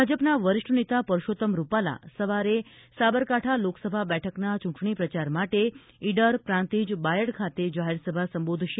ભાજપના વરિષ્ઠ નેતા પરસોત્તમ રૂપાલા સવારે સાબરકાંઠા લોકસભા બેઠકના ચૂંટણી પ્રચાર માટે ઈડર પ્રાંતિજ બાયડ ખાતે જાહેરસભા સંબોધશે